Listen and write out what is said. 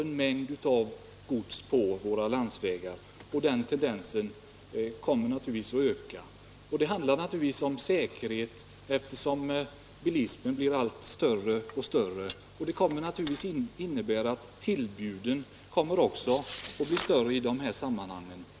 En mängd gods går alltså på landsvägarna, och den tendensen kommer att öka. Och det handlar naturligtvis om säkerhet. Eftersom bilismen blir alltmer omfattande kommer tillbuden också att öka i antal.